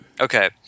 Okay